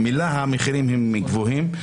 ממילא המחירים גבוהים.